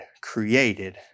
created